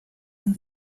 and